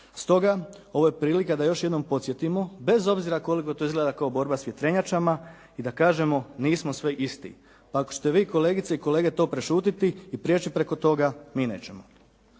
Stoga, ovo je prilika da još jednom podsjetimo bez obzira koliko to izgleda borba s vjetrenjačama i da kažemo nismo svi isti. Pa ako ćete vi kolegice i kolege to prešutjeti i prijeći preko toga mi nećemo.